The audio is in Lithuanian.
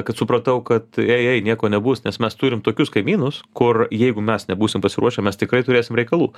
kad supratau kad ei ei nieko nebus nes mes turim tokius kaimynus kur jeigu mes nebūsim pasiruošę mes tikrai turėsim reikalų